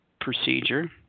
procedure